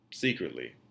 secretly